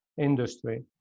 industry